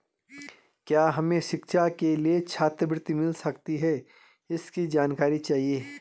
क्या हमें शिक्षा के लिए छात्रवृत्ति मिल सकती है इसकी जानकारी चाहिए?